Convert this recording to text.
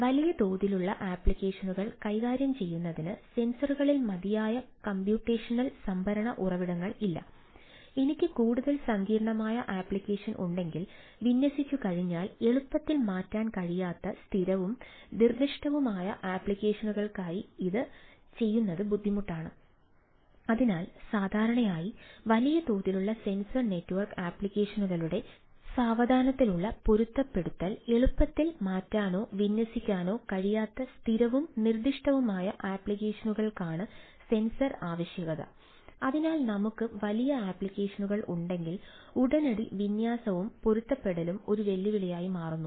വലിയ തോതിലുള്ള അപ്ലിക്കേഷനുകൾ കൈകാര്യം ചെയ്യുന്നതിന് സെൻസറുകളിൽ മതിയായ കമ്പ്യൂട്ടേഷണൽ ഉണ്ടെങ്കിൽ ഉടനടി വിന്യാസവും പൊരുത്തപ്പെടുത്തലും ഒരു വെല്ലുവിളിയായി മാറുന്നു